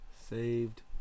Saved